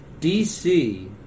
DC